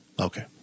Okay